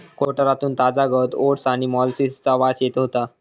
कोठारातून ताजा गवत ओट्स आणि मोलॅसिसचा वास येत होतो